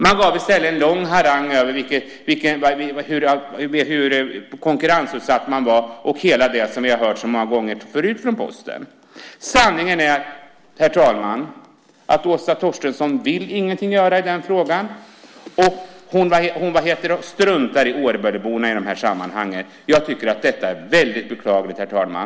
Man kom i stället med en lång harang över hur konkurrensutsatt man var och hela det som vi har hört så många gånger förut från Posten. Sanningen är, herr talman, att Åsa Torstensson ingenting vill göra i frågan. Hon struntar i Årböleborna i dessa sammanhang. Jag tycker att detta är väldigt beklagligt, herr talman.